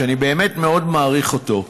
שאני באמת מאוד מעריך אותו,